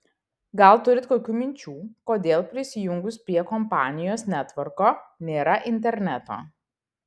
gal turit kokių minčių kodėl prisijungus prie kompanijos netvorko nėra interneto